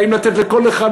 האם לתת לכל אחד,